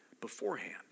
beforehand